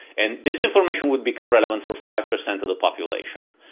and this information would become relevant for five per cent of the population.